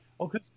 okay